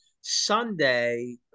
Sunday